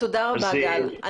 תודה רבה, גל.